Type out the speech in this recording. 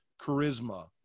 charisma